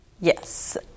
Yes